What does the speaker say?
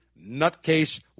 nutcase